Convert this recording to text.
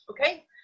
Okay